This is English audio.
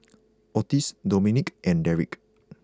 Ottis Domenic and Dedrick